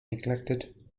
neglected